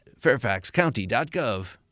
fairfaxcounty.gov